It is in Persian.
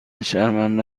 شرمنده